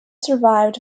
survived